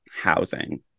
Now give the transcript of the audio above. housing